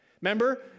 Remember